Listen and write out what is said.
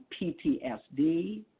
ptsd